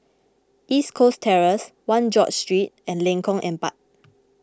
East Coast Terrace one George Street and Lengkong Empat